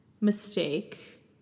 mistake